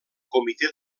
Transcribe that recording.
comitè